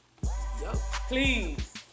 Please